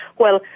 well,